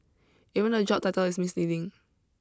even the job title is misleading